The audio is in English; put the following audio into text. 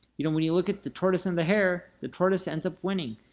you know, when you look at the tortoise and the hare, the tortoise ends up winning.